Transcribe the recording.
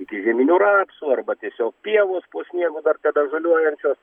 iki žieminių rapsų arba tiesiog pievos po sniegu dar kada žaliuojančios